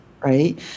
Right